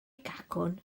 cacwn